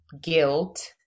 guilt